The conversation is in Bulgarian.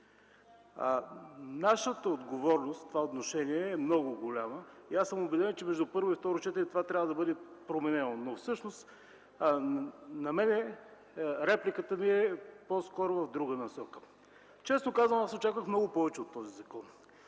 Нашата отговорност в това отношение е много голяма. Убеден съм, че между първо и второ четене това трябва да бъде променено. Всъщност моята реплика е по-скоро в друга насока. Честно казано, очаквах много повече от този закон.